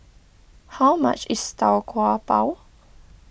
how much is Tau Kwa Pau